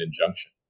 injunction